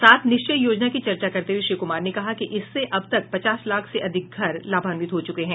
सात निश्चय योजना की चर्चा करते हुए श्री कुमार ने कहा कि इससे अब तक पचास लाख से अधिक घर लाभान्वित हो चुके हैं